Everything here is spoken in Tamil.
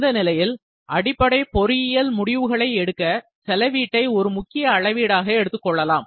இந்த நிலையில் அடிப்படை பொறியியல் முடிவுகளை எடுக்க செலவீட்டை ஒரு முக்கிய அளவீடாக எடுத்துக்கொள்ளலாம்